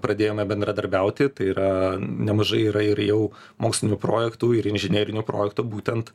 pradėjome bendradarbiauti tai yra nemažai yra ir jau mokslinių projektų ir inžinerinių projektų būtent